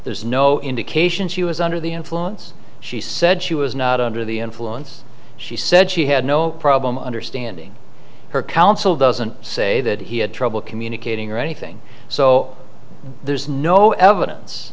there is no indication she was under the influence she said she was not under the influence she said she had no problem understanding her counsel doesn't say that he had trouble communicating or anything so there's no evidence